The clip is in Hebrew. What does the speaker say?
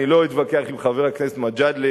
אני לא אתווכח עם חבר הכנסת מג'אדלה,